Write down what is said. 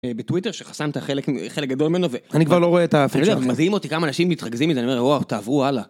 בטוויטר שחסמת חלק גדול ממנו ואני כבר לא רואה את ה-feature הזה. עכשיו מדהים אותי כמה אנשים מתרכזים מדי, אני אומר, וואו, תעברו הלאה.